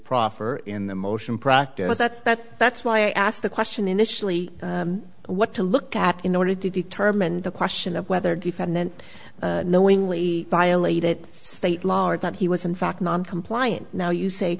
proffer in the motion practice that that that's why i asked the question initially what to look at in order to determine the question of whether defendant knowingly violated state law or that he was in fact non compliant now you say